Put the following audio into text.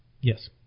Yes